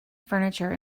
furniture